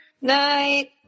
Night